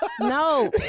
No